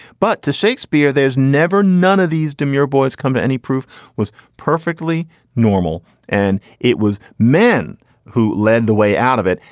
but to shakespeare, there's never none of these dimir boys come to any proof was perfectly normal. and it was men who led the way out of it.